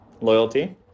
Loyalty